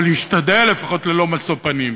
אבל משתדל לפחות ללא משוא פנים.